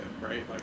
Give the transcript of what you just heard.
right